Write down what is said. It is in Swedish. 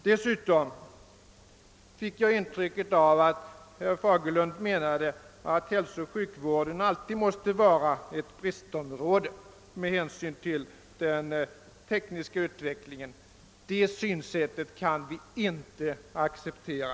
Dessutom fick jag intrycket att herr Fagerlund ansåg att hälsooch sjukvården med hänsyn till den tekniska och ekonomiska utvecklingen alltid måste vara ett bristområde. Det synsättet kan vi inte acceptera.